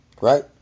right